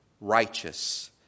righteous